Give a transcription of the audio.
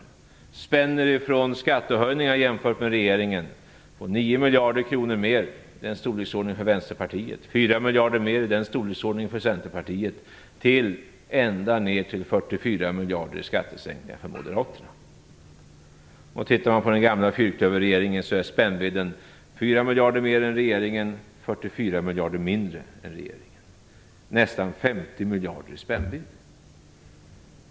De spänner över skattehöjningar på i storleksordningen 9 miljarder mer än i regeringens förslag - Vänsterpartiet - 4 miljarder mer - Centerpartiet - och ända ned till 44 miljarder i skattesänkningar - Moderaterna. Tittar man på den gamla fyrklöverregeringen ser man att spännvidden är mellan 4 miljarder mer än regeringen och 44 miljarder mindre än regeringen. Det är nästan 50 miljarder i spännvidd.